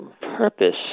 purpose